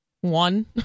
One